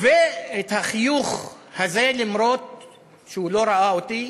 ואת החיוך הזה, אף שהוא לא ראה אותי,